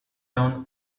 down